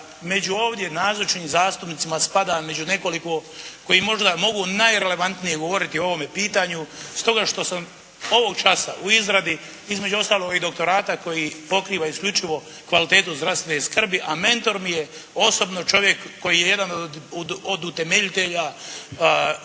među ovdje nazočnim zastupnicima spadam među nekoliko koji možda mogu najrelevantnije govoriti o ovom pitanju stoga što sam ovog časa u izradi između ostalog i doktorata koji pokriva isključivo kvalitetu zdravstva i skrbi a mentor mi je osobno čovjek koji je jedan od utemeljitelja kvalitete